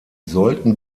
sollten